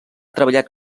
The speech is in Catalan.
treballat